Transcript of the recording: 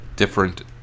different